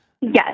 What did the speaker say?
Yes